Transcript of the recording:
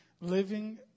living